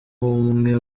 umwe